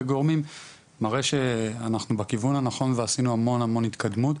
גורמים מראה שאנחנו בכיוון הנכון ועשינו המון המון התקדמות,